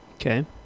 Okay